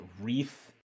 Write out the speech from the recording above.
wreath